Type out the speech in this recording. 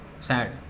sad